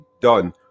done